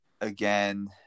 again